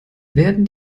werden